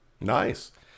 Nice